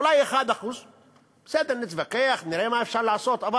אולי 1% בסדר, נתווכח, נראה מה אפשר לעשות אבל